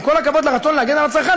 עם כל הכבוד לרצון להגן על הצרכן,